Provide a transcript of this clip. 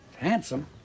Handsome